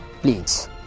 please